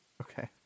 Okay